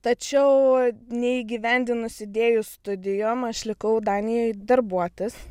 tačiau neįgyvendinus idėjų studijom aš likau danijoj darbuotis